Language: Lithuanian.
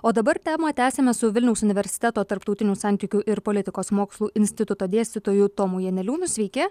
o dabar temą tęsiame su vilniaus universiteto tarptautinių santykių ir politikos mokslų instituto dėstytoju tomu janeliūnu sveiki